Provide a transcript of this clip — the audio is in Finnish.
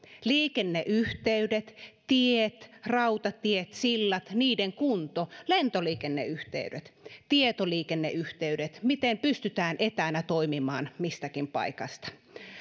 liikenneyhteydet tiet rautatiet sillat niiden kunto lentoliikenneyhteydet tietoliikenneyhteydet miten pystytään etänä toimimaan mistäkin paikasta